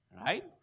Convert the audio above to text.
Right